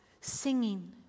singing